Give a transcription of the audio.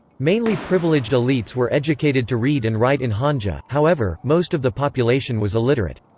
mainly privileged elites were educated to read and write in hanja however, most of the population was illiterate.